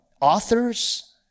authors